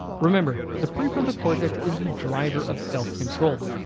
remember, the prefrontal cortex is the driver of self control.